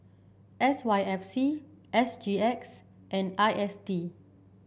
S Y F C S G X and I S D